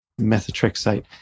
methotrexate